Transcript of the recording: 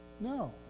No